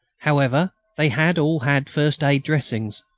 however, they had all had first-aid dressings.